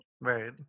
right